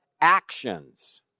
actions